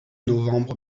novembre